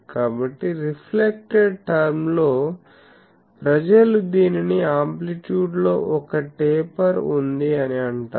కాబట్టి reflected term లో ప్రజలు దీనిని ఆమ్ప్లిట్యూడ్ లో ఒక టేపర్ ఉంది అని అంటారు